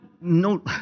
no